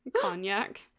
Cognac